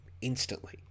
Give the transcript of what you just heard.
instantly